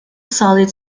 solid